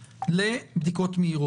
לישיבה.